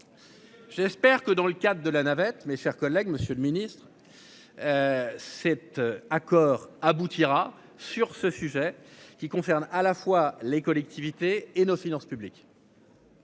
J'espère que dans le cadre de la navette. Mes chers collègues, Monsieur le Ministre. Cet accord aboutira sur ce sujet qui concerne à la fois les collectivités et nos finances publiques.--